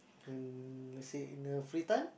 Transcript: when let say in the free time